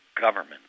government